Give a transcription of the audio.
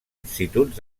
instituts